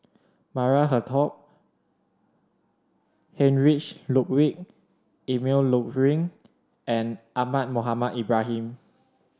Maria Hertogh Heinrich Ludwig Emil Luering and Ahmad Mohamed Ibrahim